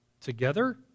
together